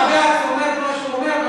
בג"ץ אומר מה שהוא אומר,